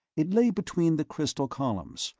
it lay between the crystal columns,